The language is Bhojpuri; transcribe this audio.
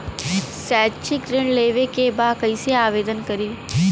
शैक्षिक ऋण लेवे के बा कईसे आवेदन करी?